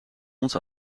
ons